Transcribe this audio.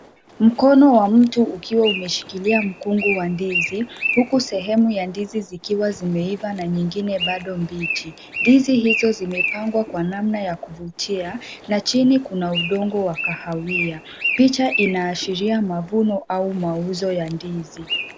Mkono wa mtu ukiwa umeshikilia mkungu wa ndizi huku sehemu ya ndizi zikiwa zimeiva na nyingine bado mbichi. Ndizi hizo zimepangwa kwa namna ya kuvutia na chini kuna udongo wa kahawia. Picha inaashiria mavuno au mauzo ya ndizi.